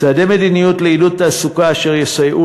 "צעדי מדיניות לעידוד תעסוקה אשר יסייעו